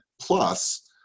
plus